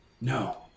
No